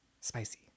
spicy